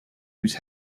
whose